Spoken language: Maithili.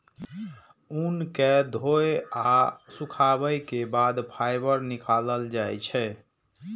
ऊन कें धोय आ सुखाबै के बाद फाइबर निकालल जाइ छै